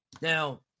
Now